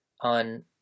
on